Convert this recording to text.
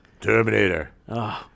Terminator